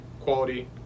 quality